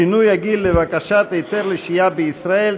שינוי הגיל לבקשת היתר לשהייה בישראל),